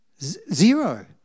Zero